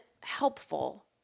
helpful